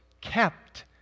kept